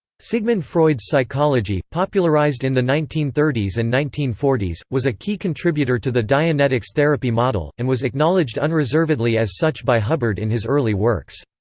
sigmund freud's psychology, popularized in the nineteen thirty s and nineteen forty s, was a key contributor to the dianetics therapy model, and was acknowledged unreservedly as such by hubbard in his early works.